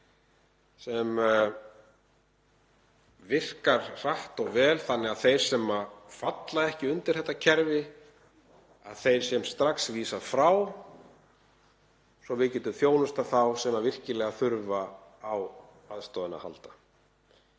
sem virkar hratt og vel þannig að þeim sem falla ekki undir þetta kerfi sé strax vísað frá svo að við getum þjónustað þá sem virkilega þurfa á aðstoðinni að halda.